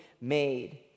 made